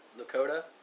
Lakota